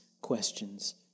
questions